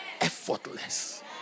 Effortless